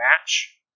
match